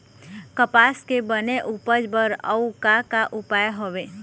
कपास के बने उपज बर अउ का का उपाय हवे?